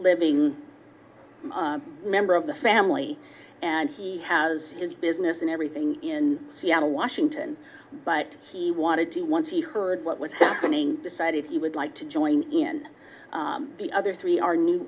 living member of the family and he has his business and everything in seattle washington but he wanted to once he heard what was happening decided he would like to join in the other three are new